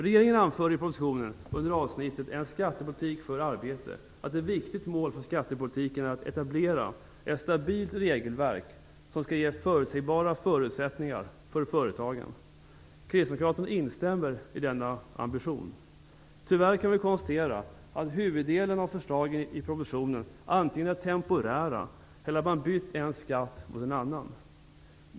Regeringen anför i propositionen under avsnittet En skattepolitik för arbete att ett viktigt mål för skattepolitiken är att etablera ett stabilt regelverk som skall ge förutsägbara förutsättningar för företagen. Kristdemokraterna instämmer i denna ambition. Tyvärr kan vi konstatera att huvuddelen av förslagen i propositionen antingen är temporära eller att man har bytt en skatt mot en annan.